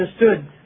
understood